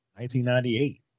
1998